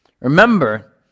Remember